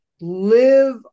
Live